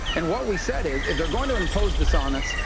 and what we said is, if they're going to impose this on us,